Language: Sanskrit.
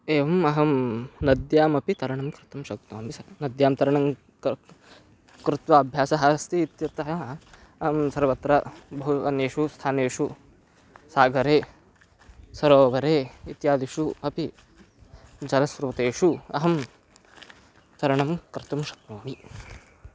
एवम् अहं नद्यामपि तरणं कर्तुं शक्नोमि सा नद्यां तरणं कर् कृत्वा अभ्यासः अस्ति इत्यतः अहं सर्वत्र बहु स्थानेषु स्थानेषु सागरे सरोवरे इत्यादिषु अपि जलस्रोतेषु अहं तरणं कर्तुं शक्नोमि